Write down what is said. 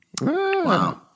Wow